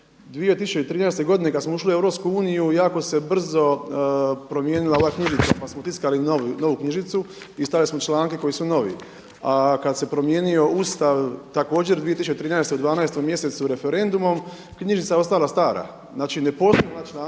2013. godine kada smo ušli u EU jako se brzo promijenila ova knjižica pa smo tiskali novu knjižicu i stavili smo članke koji su novi. A kada se promijenio Ustav također 2013. u 12. mjesecu referendumom, knjižica je ostala stara. Znači ne postoji ovaj